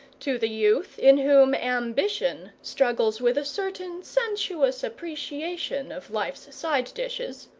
to the youth in whom ambition struggles with a certain sensuous appreciation of life's side-dishes,